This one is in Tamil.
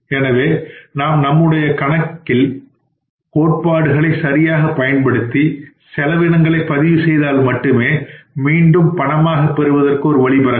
எனவே நாம் நம்முடைய கணக்கியல் கோட்பாடுகளை சரியாக பயன்படுத்தி செலவினங்களை பதிவு செய்தால் மட்டுமே மீண்டும் பணமாக பெறுவதற்கு வழி பிறக்கும்